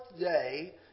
day